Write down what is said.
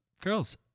girls